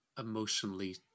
emotionally